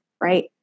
Right